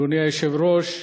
אדוני היושב-ראש.